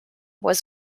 was